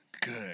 good